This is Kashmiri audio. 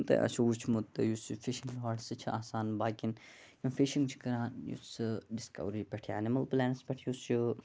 یِتھٕ کٔنۍ تۄہہِ آسوٕ وُچھمُت یُس یہِ فِشِنٛگ راڈس چھِ آسان باقیَن فِشِنٛگ چھِ کَران یُس ڈِسکَوری پیٚٹھ یا ایٚنِمٕل پلیٚنٹَس پیٚٹھ یُس چھُ